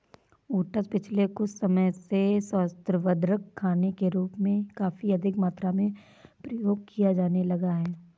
oats पिछले कुछ समय से स्वास्थ्यवर्धक खाने के रूप में काफी अधिक मात्रा में प्रयोग किया जाने लगा है